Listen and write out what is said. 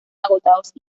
agotados